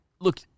look